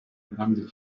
grande